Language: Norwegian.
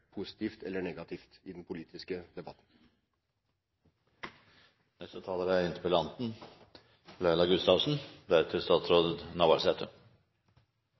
positivt eller negativt, i den politiske